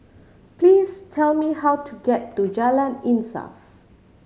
please tell me how to get to Jalan Insaf